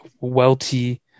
Welty